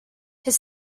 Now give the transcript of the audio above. his